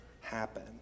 happen